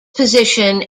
position